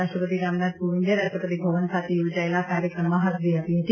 રાષ્ટ્રપતિ રામનાથ કોવિન્દે રાષ્ટ્રપતિ ભવન ખાતે યોજાએલા કાર્યક્રમમાં ફાજરી આપી ફતી